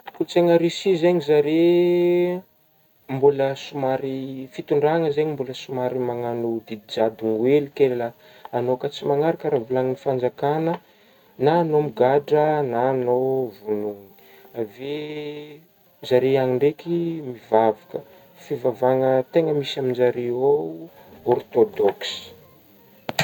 Kolontsaigna Russie zegny zare eh mbola somary fitondragna zegny mbola somary magnagno didy jadogna hely ke la agnao tsy magnaraka raha volagnin'ny fanjakagna, na agnao migadra na agnao vognogny, avy eh zare agny ndraiky mivavaka, fivavahagna tegna misy aminzare ao orthodoxe.